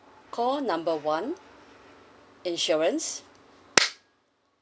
call number one insurance